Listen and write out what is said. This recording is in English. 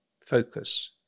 focus